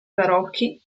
barocchi